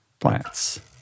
plants